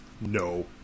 No